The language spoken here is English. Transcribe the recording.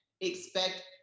expect